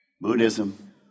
Buddhism